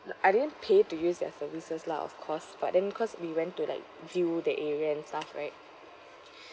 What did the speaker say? I didn't pay to use their services lah of course but then cause we went to like view the area and stuff right